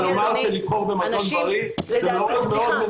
אבל לומר שלבחור במזון בריא זה דבר מאוד מנותק.